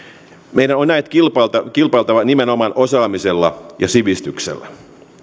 meidän on näet kilpailtava kilpailtava nimenomaan osaamisella ja sivistyksellä